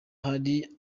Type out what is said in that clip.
hari